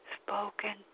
spoken